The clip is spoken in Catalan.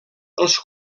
els